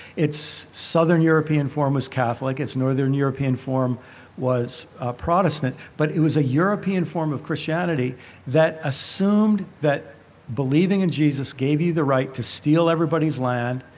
its southern european form was catholic, its northern european form was protestant, but it was a european form of christianity that assumed that believing in jesus gave you the right to steal everybody's land,